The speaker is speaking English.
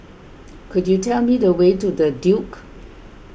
could you tell me the way to the Duke